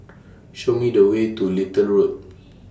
Show Me The Way to Little Road